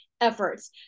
efforts